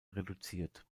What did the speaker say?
reduziert